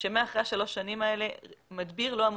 ואחרי שלוש השנים האלה מדביר לא אמור